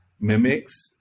mimics